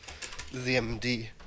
ZMD